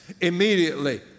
Immediately